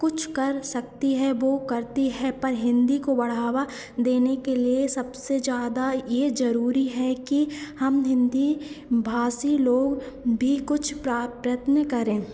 कुछ कर सकती है वह करती है पर हिन्दी को बढ़ावा देने के लिए सबसे ज़्यादा यह ज़रूरी है कि हम हिन्दी भाषी लोग भी कुछ प्रयत्न करें